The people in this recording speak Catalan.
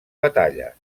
batalles